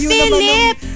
Philip